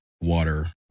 water